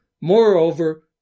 Moreover